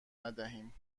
ندهیم